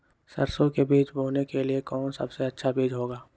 सरसो के बीज बोने के लिए कौन सबसे अच्छा बीज होगा?